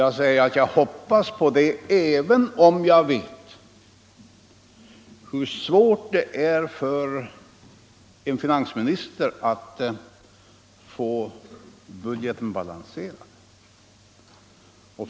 Jag säger att jag hoppas på detta, trots att jag vet hur svårt det är för en finansminister att få budgeten balanserad.